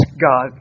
God